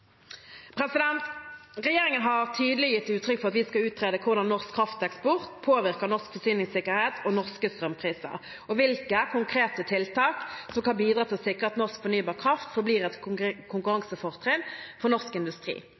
har tydelig gitt uttrykk for at vi skal utrede hvordan norsk krafteksport påvirker norsk forsyningssikkerhet og norske strømpriser, og hvilke konkrete tiltak som kan bidra til å sikre at norsk fornybar kraft forblir et konkurransefortrinn for norsk industri.